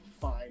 fine